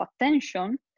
attention